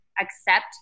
accept